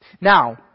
Now